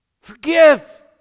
Forgive